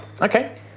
Okay